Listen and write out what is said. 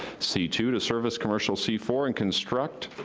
c two, to service commercial, c four, and construct